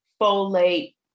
folate